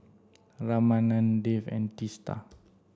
Ramanand Dev and Teesta